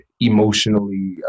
emotionally